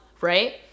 right